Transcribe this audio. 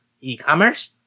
e-commerce